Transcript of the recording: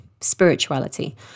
spirituality